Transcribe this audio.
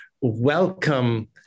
welcome